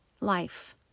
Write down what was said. life